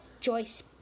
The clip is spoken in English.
Joyce